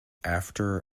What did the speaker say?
after